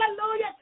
Hallelujah